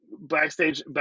backstage